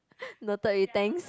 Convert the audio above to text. noted with thanks